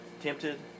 tempted